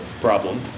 problem